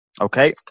Okay